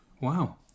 Wow